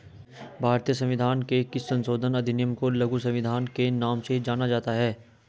भारतीय संविधान के किस संशोधन अधिनियम को लघु संविधान के नाम से जाना जाता है?